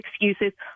excuses